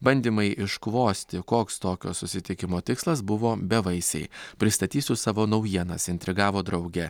bandymai iškvosti koks tokio susitikimo tikslas buvo bevaisiai pristatysiu savo naujienas intrigavo draugė